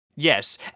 Yes